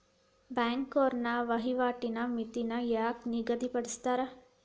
ಬ್ಯಾಂಕ್ನೋರ ವಹಿವಾಟಿನ್ ಮಿತಿನ ಯಾಕ್ ನಿಗದಿಪಡಿಸ್ತಾರ